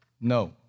No